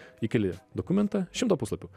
įkeli dokumentą šimto puslapių